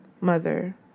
mother